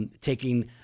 taking